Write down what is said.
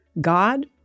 God